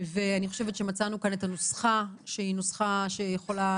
ונדמה לי שמצאנו כאן את הנוסחה שהיא נוסחה שיכולה